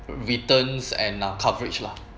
returns and uh coverage lah